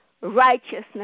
righteousness